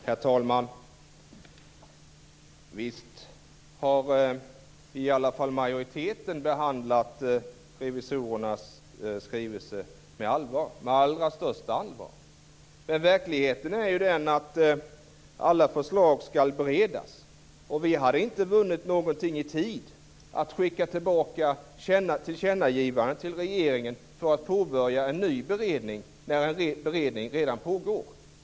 Herr talman! Visst har i alla fall majoriteten behandlat revisorernas skrivelse med allra största allvar. Men verkligheten är den att alla förslag skall beredas. Vi hade inte vunnit någonting i tid med att skicka ett tillkännagivande till regeringen för att påbörja en ny beredning när en beredning redan pågår.